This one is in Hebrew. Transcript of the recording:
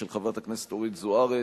של חברת הכנסת אורית זוארץ,